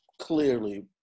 clearly